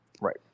Right